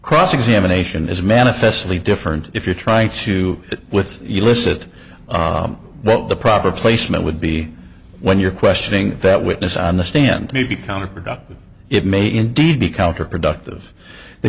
cross examination is manifestly different if you're trying to get with you listed but the proper placement would be when you're questioning that witness on the stand may be counterproductive it may indeed be counterproductive the